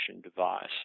device